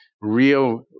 real